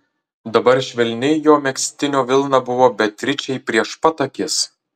dabar švelni jo megztinio vilna buvo beatričei prieš pat akis